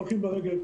או הולכים ברגל,